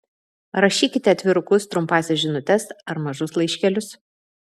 rašykite atvirukus trumpąsias žinutes ar mažus laiškelius